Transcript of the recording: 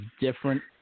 different